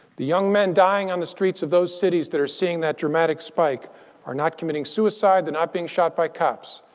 the young men dying on the streets of those cities that are seeing that dramatic spike are not committing suicide. they're not being shot by cops.